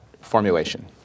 formulation